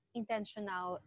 intentional